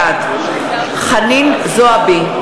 בעד חנין זועבי,